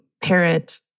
parent